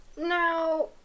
Now